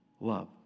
Love